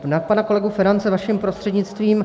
Na pana kolegu Ferance vaším prostřednictvím.